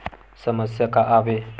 समस्या का आवे?